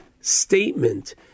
statement